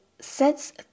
sets